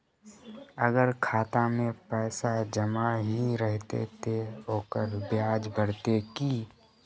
अगर खाता में पैसा जमा ही रहते ते ओकर ब्याज बढ़ते की?